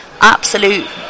absolute